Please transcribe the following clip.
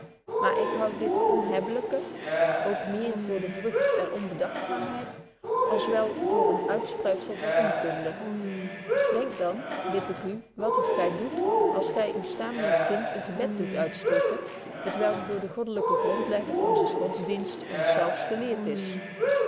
maar ik houde dit onhebbelyke ook méér voor de vrugt der onbedagtzaamheid als wel voor een uitspruitzel van onkunde denkt dan bid ik u wat of gy doet als gy uw staamlend kind een gebed doet uitstorten t welk door den goddelyken grondlegger onzes godsdienst ons zelfs geleerd is